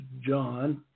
John